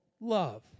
love